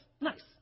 Nice